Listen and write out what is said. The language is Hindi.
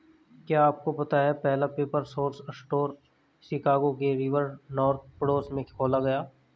क्या आपको पता है पहला पेपर सोर्स स्टोर शिकागो के रिवर नॉर्थ पड़ोस में खोला गया?